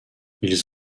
ils